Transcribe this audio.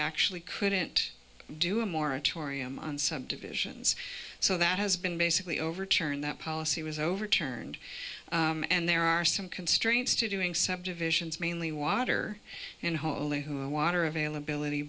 actually couldn't do a moratorium on subdivisions so that has been basically overturned that policy was overturned and there are some constraints to doing subdivisions mainly water and holy who are water availability